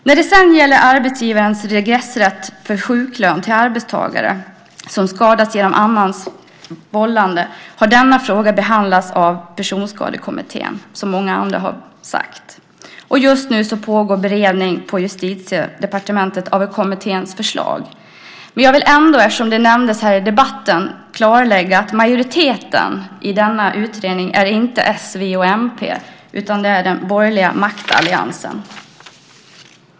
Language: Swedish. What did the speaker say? Frågan om arbetsgivarens regressrätt för sjuklön till arbetstagare som skadats genom annans vållande har behandlats av Personskadekommittén, som många andra har sagt. Just nu pågår beredning på Justitiedepartementet av kommitténs förslag. Eftersom det nämndes här i debatten vill jag ändå klarlägga att majoriteten i denna utredning inte är s, v och mp utan den borgerliga maktalliansen.